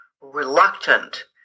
reluctant